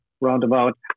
roundabout